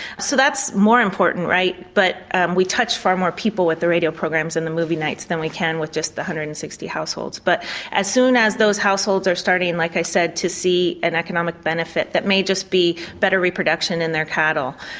so that's more important right but and we touch far more people with the radio programs and the movie nights than we can with just the one hundred and sixty households. but as soon as those households are starting like i said to see an economic benefit that may just be better reproduction in their cattle,